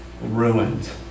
ruined